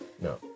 no